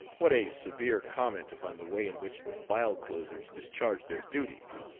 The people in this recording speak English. what a severe comment upon the way in which the file closers discharge their duties!